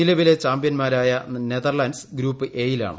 നിലവിലെ ചാമ്പ്യൻമാരായ Netherlands group എയിലാണ്